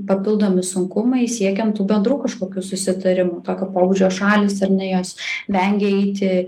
papildomi sunkumai siekiant tų bendrų kažkokių susitarimų tokio pobūdžio šalys ar ne jos vengia eiti